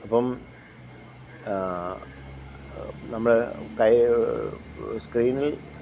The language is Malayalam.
അപ്പം നമ്മൾ കൈ സ്ക്രീനില്